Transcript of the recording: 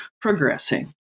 progressing